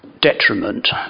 detriment